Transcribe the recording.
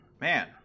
Man